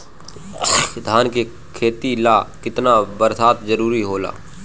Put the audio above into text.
धान के खेती ला केतना बरसात जरूरी होला?